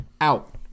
Out